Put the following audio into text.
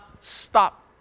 stop